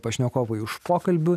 pašnekovai už pokalbį